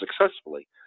successfully